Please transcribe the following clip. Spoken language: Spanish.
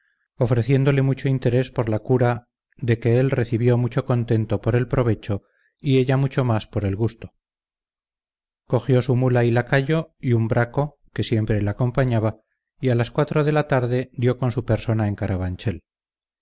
ofreciéndole mucho interés por la cura de que él recibió mucho contento por el provecho y ella mucho más por el gusto cogió su mula y lacayo y un braco que siempre le acompañaba y a las cuatro de la tarde dió con su persona en carabanchel